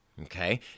Okay